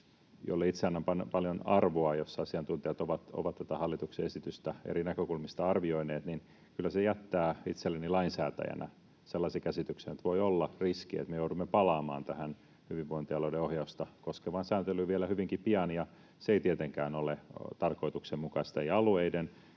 jolle itse annan paljon arvoa, jossa asiantuntijat ovat tätä hallituksen esitystä eri näkökulmista arvioineet, kyllä jättää itselleni lainsäätäjänä sellaisen käsityksen, että voi olla riski, että me joudumme palaamaan tähän hyvinvointialueiden ohjausta koskevaan sääntelyyn vielä hyvinkin pian, ja se ei tietenkään ole tarkoituksenmukaista, ei alueiden